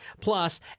Plus